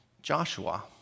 Joshua